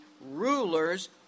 rulers